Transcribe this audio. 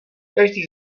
každý